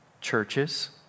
churches